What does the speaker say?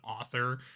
author